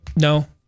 no